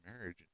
marriage